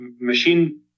machine